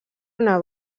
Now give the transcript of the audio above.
una